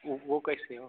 वो वो कैसे हो